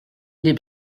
les